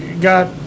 got